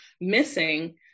missing